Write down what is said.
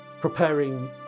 preparing